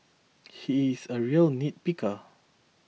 he is a real nitpicker